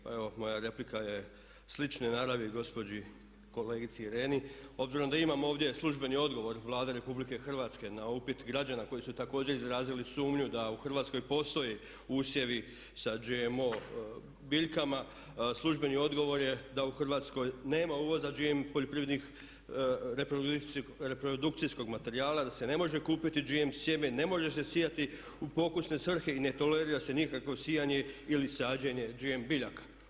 Pa evo moja replika je slične naravi gospođi kolegici Ireni, obzirom da imam ovdje službeni odgovor Vlade Republike Hrvatske na upit građana koji su također izrazili sumnju da u Hrvatskoj postoje usjevi sa GMO biljkama službeni odgovor je da u Hrvatskoj nema uvoza GMO reprodukcijskog materijala, da se ne može kupiti GMO sjeme, ne može se sijati u pokusne svrhe i ne tolerira se nikakvo sijanje ili sađenje GMO biljaka.